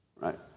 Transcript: right